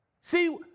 See